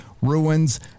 ruins